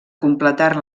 completar